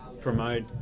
promote